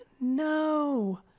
no